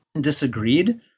disagreed